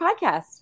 Podcast